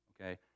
okay